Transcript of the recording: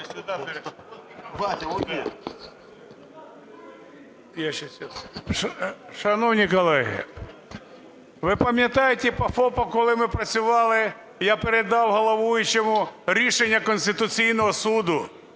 Шановні колеги, ви пам'ятаєте, по ФОПам коли ми працювали, я передав головуючому рішення Конституційного Суду,